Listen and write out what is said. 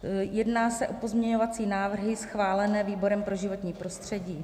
Jedná se o pozměňovací návrhy schválené výborem pro životní prostředí.